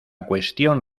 cuestión